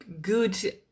good